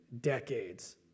decades